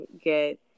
get